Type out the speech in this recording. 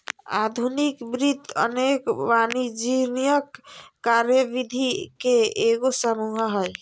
आधुनिक वित्त अनेक वाणिज्यिक कार्यविधि के एगो समूह हइ